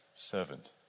Servant